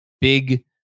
big